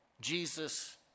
Jesus